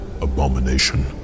abomination